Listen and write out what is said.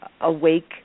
awake